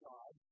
God